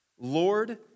Lord